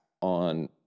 on